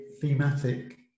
thematic